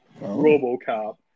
Robocop